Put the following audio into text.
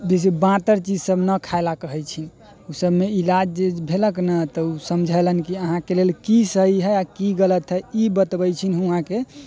बेसी बाँतर चीजसभ नहि खाय लेल कहैत छै ओसभमे इलाज जे भेलक नऽ तऽ ओ समझैलनि कि अहाँके लेल की सही हइ आ की गलत हइ ई बतबैत छथिन हुँआके